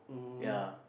ya